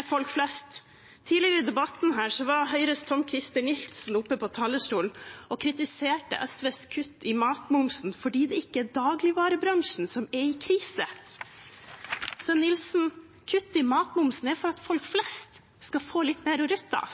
er folk flest. Tidligere i debatten var Høyres Tom-Christer Nilsen oppe på talerstolen og kritiserte SVs kutt i matmomsen fordi det ikke er dagligvarebransjen som er i krise. Kutt i matmomsen er for at folk flest skal få litt mer å rutte